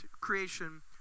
creation